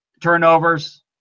turnovers